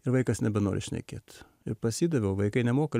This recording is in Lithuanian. ir vaikas nebenori šnekėt ir pasidaviau vaikai nemoka